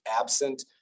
absent